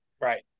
Right